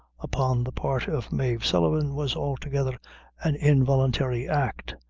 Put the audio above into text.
upon the part of mave sullivan, was altogether an involuntary act,